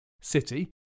City